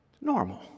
Normal